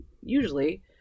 usually